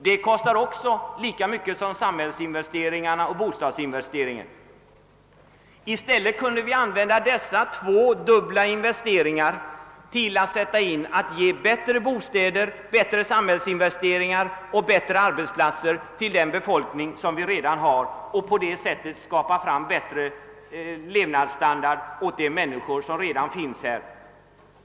De kostar också lika mycket som samhällsinvesteringarna och bostadsinvesteringarna. I stället kunde vi använda dessa medel till att skapa bättre bostäder, göra bättre samhällsinvesteringar och ordna bättre arbetsplatser för den befolkning vi redan har, och på det sättet skulle det kunna skapas högre levnadsstandard för de människor som redan bor här i landet.